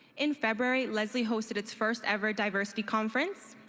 in february lesley hosted its first ever diversity conference.